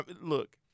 look